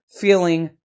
feeling